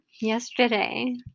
yesterday